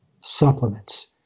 supplements